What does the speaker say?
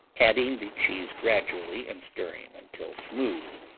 adding the cheese gradually and stirring until smooth.